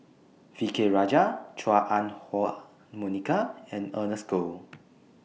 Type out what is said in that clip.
V K Rajah Chua Ah Huwa Monica and Ernest Goh